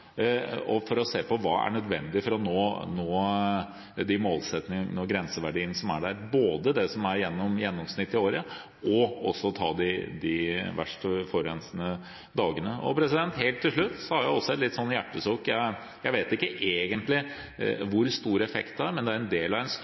for å se på hva som er nødvendig for å nå de målsettingene og grenseverdiene som er der, både det som er gjennomsnittet i løpet av året, og for å ta de verst forurensede dagene. Helt til slutt har jeg et lite hjertesukk. Jeg vet egentlig ikke hvor stor effekt det har, men det er en del av en